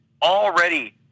Already